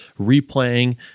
replaying